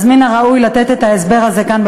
אז מן הראוי לתת את ההסבר הזה כאן,